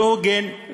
לא הוגן,